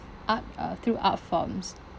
art uh through art forms